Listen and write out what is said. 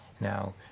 Now